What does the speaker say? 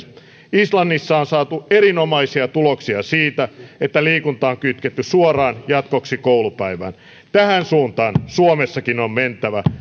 islannissa on saatu erinomaisia tuloksia siitä että liikunta on kytketty suoraan jatkoksi koulupäivään tähän suuntaan suomessakin on mentävä